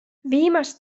viimast